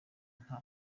nta